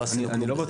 לא עשינו כלום.